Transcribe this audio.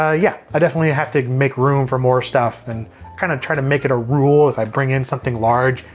ah yeah, i definitely have to make room for more stuff. i and kinda try to make it a rule, if i bring in something large,